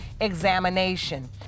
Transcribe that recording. examination